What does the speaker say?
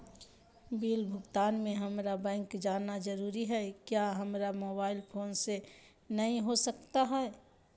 Bill भुगतान में हम्मारा बैंक जाना जरूर है क्या हमारा मोबाइल फोन से नहीं हो सकता है?